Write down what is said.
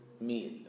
meal